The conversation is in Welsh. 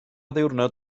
ddiwrnod